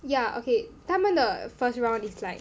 ya okay 他们的 first round is like